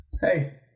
Hey